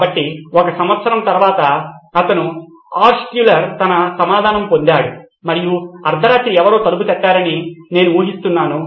కాబట్టి ఒక సంవత్సరం తరువాత అతను ఆల్ట్షుల్లర్ తన సమాధానం పొందాడు మరియు అర్ధరాత్రి ఎవరో తలుపు తట్టారని నేను ఊహిస్తున్నాను